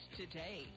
today